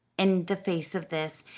in the face of this,